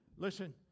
Listen